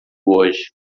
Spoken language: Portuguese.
hoje